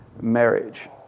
marriage